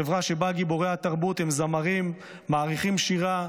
חברה שבה גיבורי התרבות הם זמרים מעריכה שירה,